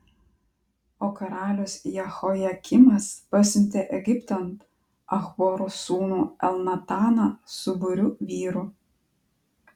o karalius jehojakimas pasiuntė egiptan achboro sūnų elnataną su būriu vyrų